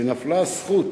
שנפלה הזכות